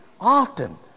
often